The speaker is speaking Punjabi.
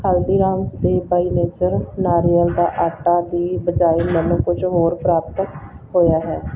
ਹਲਦੀਰਾਮਸ ਦੇ ਬਈ ਨੇਚਰ ਨਾਰੀਅਲ ਦਾ ਆਟਾ ਦੀ ਬਜਾਏ ਮੈਨੂੰ ਕੁਛ ਹੋਰ ਪ੍ਰਾਪਤ ਹੋਇਆ ਹੈ